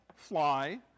fly